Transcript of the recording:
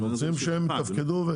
אנחנו רוצים שהם יתפקדו.